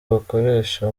bakoresha